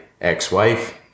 ex-wife